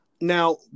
Now